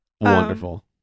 wonderful